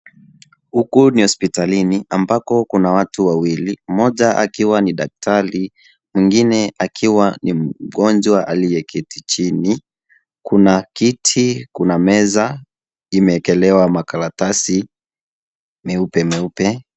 Huku ni hospitalini, ambako kuna watu wawili. Moja akiwa ni daktari, mwingine akiwa ni mgonjwa aliyeketi chini. Kuna kiti, kuna meza, imewekelewa makaratasi meupe meupe.